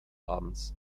abends